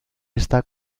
está